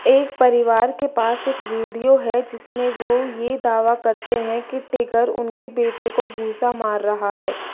एक परिवार के पास एक वीडियो है जिसमें वो ये दावा करते हैं कि टिगर उनके बेटे को घूंसा मार रहा है